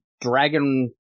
dragon